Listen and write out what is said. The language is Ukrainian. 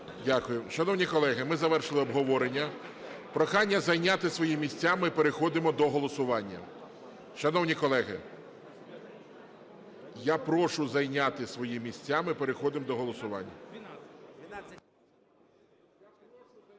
Дякую. Шановні колеги, ми завершили обговорення. Прохання зайняти свої місця, ми переходимо до голосування. Шановні колеги, я прошу зайняти свої місця, ми переходимо до голосування.